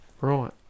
Right